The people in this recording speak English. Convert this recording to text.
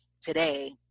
today